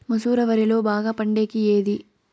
మసూర వరిలో బాగా పండేకి ఏది?